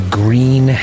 green